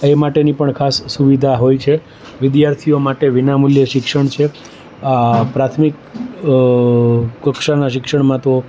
એ માટેની પણ ખાસ સુવિધા હોય છે વિદ્યાર્થીઓ માટે વિનામૂલ્યે શિક્ષણ છે આ પ્રાથમિક કક્ષાના શિક્ષણમાં તો